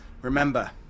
Remember